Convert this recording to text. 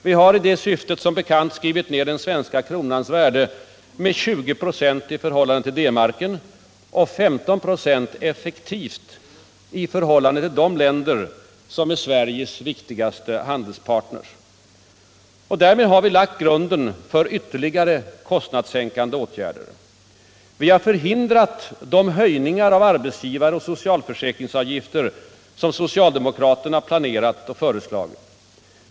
Vi har i detta syfte som bekant skrivit ned den svenska kronans värde med 20 4 i förhållande till D-marken och 15 96 effektivt i förhållande till de länder som är Sveriges viktigaste handelspartners. Därmed har vi lagt grunden för ytterligare kostnadssänkande åtgärder. Vi har förhindrat de höjningar av arbetsgivaroch socialförsäkringsavgifter som socialdemokraterna planerat och föreslagit.